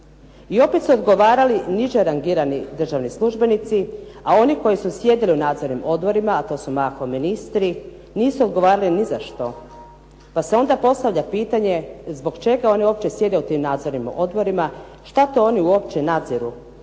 I opet su odgovarali niže rangirani državni službenici a oni koji su sjedili u nadzornim odborima a to su mahom ministri nisu odgovarali ni za što, pa se onda postavlja pitanje zbog čega oni uopće sjede u tim nadzornim odborima, šta to oni uopće nadziru